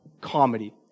comedy